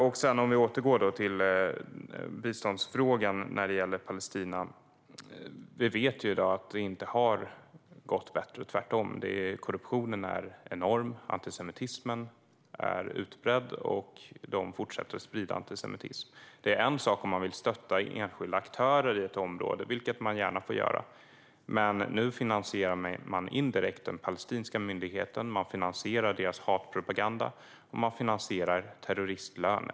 För att återgå till frågan om bistånd till Palestina vet vi i dag att det inte har gått bättre där, tvärtom. Korruptionen är enorm, antisemitismen är utbredd och de fortsätter att sprida antisemitism. Det är en sak om man vill stötta enskilda aktörer i ett område, vilket man gärna får göra, men nu finansierar man indirekt den palestinska myndigheten, deras hatpropaganda och terroristlöner.